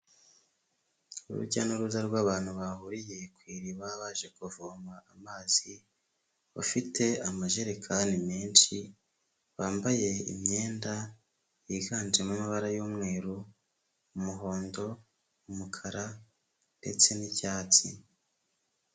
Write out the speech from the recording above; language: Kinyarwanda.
Urujya n'uruza rw'abantu bahuriye ku iriba baje kuvoma amazi, bafite amajerekani menshi, bambaye imyenda yiganjemo amabara y'umweru, umuhondo, umukara ndetse n'icyatsi.